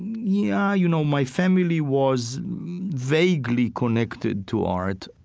yeah, you know, my family was vaguely connected to art.